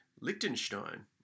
Liechtenstein